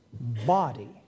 body